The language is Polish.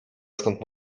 skąd